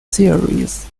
series